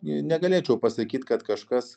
negalėčiau pasakyt kad kažkas